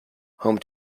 home